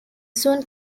soon